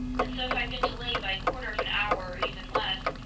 and so if i'd been delayed by a quarter of an hour or even less,